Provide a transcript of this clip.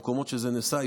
במקומות שזה נעשה,